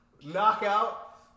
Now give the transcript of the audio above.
Knockout